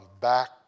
back